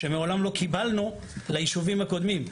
שמעולם לא קיבלנו ליישובים הקודמים.